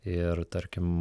ir tarkim